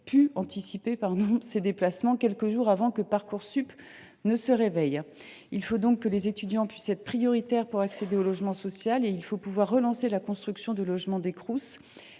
pu anticiper ces déplacements quelques jours avant que Parcoursup ne se réveille… Il convient donc de prévoir que les étudiants sont prioritaires pour accéder au logement social, mais aussi de relancer la construction de logements des Crous.